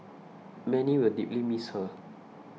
many will deeply miss her